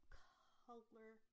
color